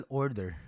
order